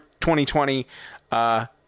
2020